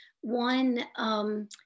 One